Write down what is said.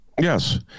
Yes